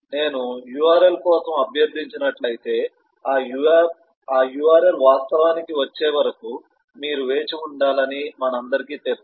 నేను URL కోసం అభ్యర్థించినట్లయితే ఆ URL వాస్తవానికి వచ్చే వరకు మీరు వేచి ఉండాలని మనందరికీ తెలుసు